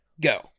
go